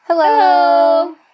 Hello